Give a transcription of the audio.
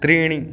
त्रीणि